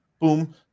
boom